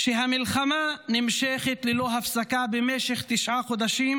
שהמלחמה נמשכת ללא הפסקה במשך תשעה חודשים